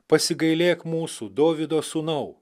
pasigailėk mūsų dovydo sūnau